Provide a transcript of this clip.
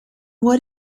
what